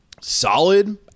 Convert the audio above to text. solid